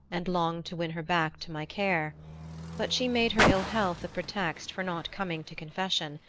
and longed to win her back to my care but she made her ill-health a pretext for not coming to confession,